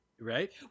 right